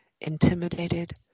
intimidated